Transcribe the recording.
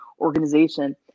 organization